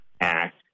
Act